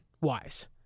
wise